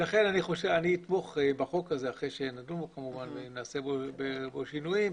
אני אתמוך בחוק הזה לאחר שנדון בו כמובן ונעשה בו שינויים,